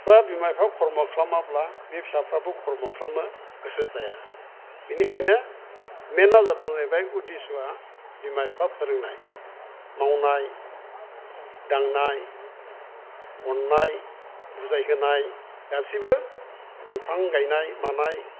फिफा बिमा बिफा खरम खालामाब्ला बे फिसाफ्राबो खरम खालामनो गोसो जाया बिनिखायनो मेनआ जादों जाहैबाय उदिस'आ बिमा बिफा फोरोंनाय मावनाय दांनाय अननाय बुजायहोनाय गासिबो बिफां गायनाय मानाय